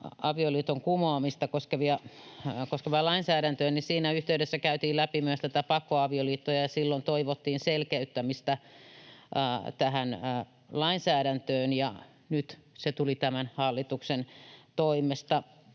avioliiton kumoamista koskevaa lainsäädäntöä, niin siinä yhteydessä käytiin läpi myös tätä pakkoavioliittoa, ja silloin toivottiin selkeyttämistä tähän lainsäädäntöön, ja nyt se tuli tämän hallituksen toimesta.